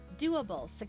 doable